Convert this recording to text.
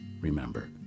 Remember